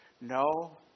No